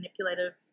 manipulative